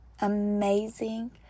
amazing